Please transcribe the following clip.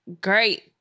Great